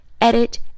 edit